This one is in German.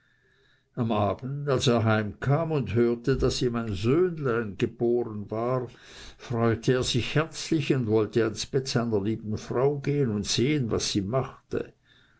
am abend als er heimkam und hörte daß ihm ein söhnlein geboren war freute er sich herzlich und wollte ans bett seiner lieben frau gehen und sehen was sie machte